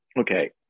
Okay